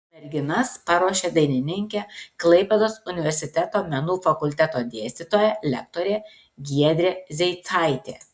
merginas paruošė dainininkė klaipėdos universiteto menų fakulteto dėstytoja lektorė giedrė zeicaitė